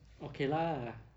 okay lah